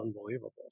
unbelievable